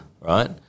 right